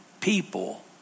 people